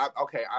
okay